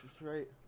right